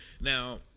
Now